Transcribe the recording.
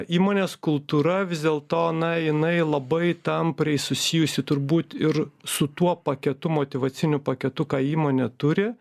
įmonės kultūra vis dėlto na jinai labai tampriai susijusi turbūt ir su tuo paketu motyvaciniu paketu ką įmonė turi